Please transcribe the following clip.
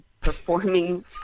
performing